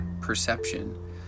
perception